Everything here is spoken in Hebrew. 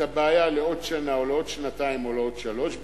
הבעיה לעוד שנה או לעוד שנתיים או לעוד שלוש,